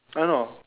I don't know